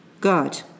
God